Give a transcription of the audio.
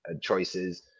choices